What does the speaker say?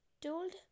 told